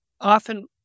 Often